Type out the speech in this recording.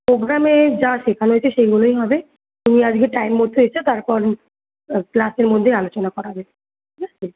প্রোগ্রামে যা শেখানো হয়েছে সেইগুলোই হবে তুমি আজকে টাইম মতো এসো তারপর ক্লাসের মধ্যেই আলোচনা করা হবে ঠিক আছে